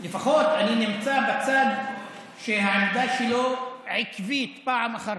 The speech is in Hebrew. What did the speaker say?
לפחות אני נמצא בצד שהעמדה שלו עקבית פעם אחר